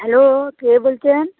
hello কে বলছেন